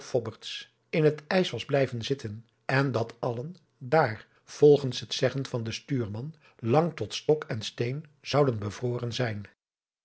in het ijs was blijven zitten en dat allen daar volgens het zeggen van den stuurman lang tot stok en steen zouden bevroren zijn